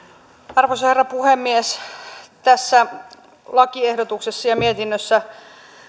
arvoisa herra puhemies tässä lakiehdotuksessa ja mietinnössä